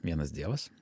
vienas dievas